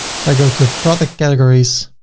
so i go to product categories